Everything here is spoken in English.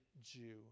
Jew